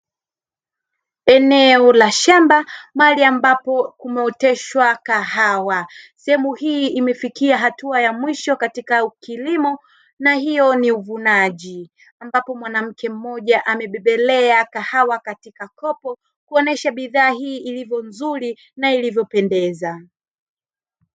Eneo la shamba mahari ambapo kumeoteshwa kahawa sehemu hii imefikia hatua ya mwisho katika kilimo na hiyo ni uvunaji, ambapo mwanamke mmoja amebebelea kahawa katika kopo kuonesha bidhaa hii ilivyo nzuri na ilivyopendeza.